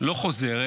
לא חוזרת,